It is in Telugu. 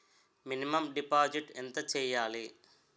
మినిమం డిపాజిట్ ఎంత చెయ్యాలి?